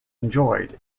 enjoyed